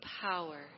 power